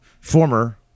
former